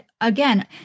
again